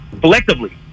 collectively